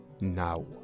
now